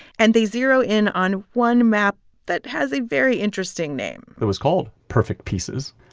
and they zero in on one map that has a very interesting name it was called perfect pieces